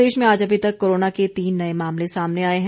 प्रदेश में आज अभी तक कोरोना के तीन नए मामले सामने आए है